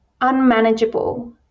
unmanageable